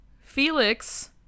Felix